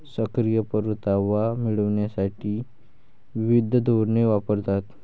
सक्रिय परतावा मिळविण्यासाठी विविध धोरणे वापरतात